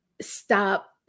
stop